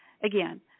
Again